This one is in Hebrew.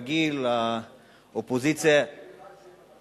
כרגיל, האופוזיציה, באתי במיוחד כדי שיהיה לך קהל.